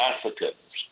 Africans